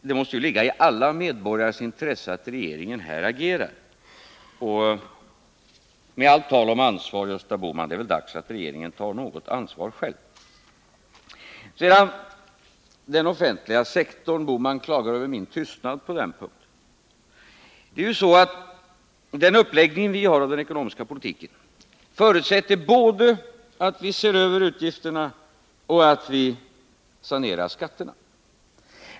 Det måste ligga i alla medborgares intresse att regeringen nu agerar. Och med allt tal om ansvar, Gösta Bohman, så är det väl dags att regeringen tar något ansvar själv? Så till frågan om den offentliga sektorn, eftersom Gösta Bohman klagar över min tystnad på den punkten. Den uppläggning av den ekonomiska politiken som vi har föreslagit förutsätter både att vi ser över utgifterna och att vi sanerar skatterna.